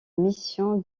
mission